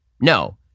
No